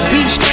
Beach